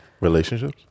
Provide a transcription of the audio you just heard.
Relationships